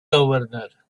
governor